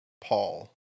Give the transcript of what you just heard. Paul